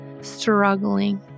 struggling